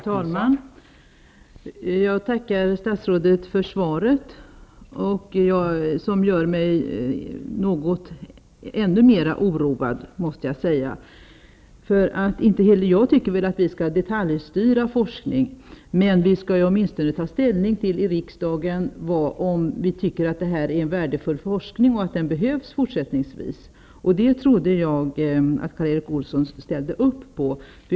Fru talman! Jag tackar statsrådet för svaret, som gör mig ännu mer oroad. Inte heller jag tycker att vi i riksdagen skall detaljstyra forskningen, men vi skall åtmistone ta ställning till om vi tycker att forskningen är värdefull och om den behövs fortsättningsvis. Jag trodde att Karl Erik Olsson ställde upp på det.